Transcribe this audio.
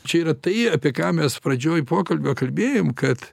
čia yra tai apie ką mes pradžioj pokalbio kalbėjom kad